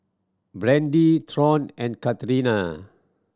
Brandee Thornton and Katarina